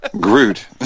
Groot